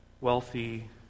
wealthy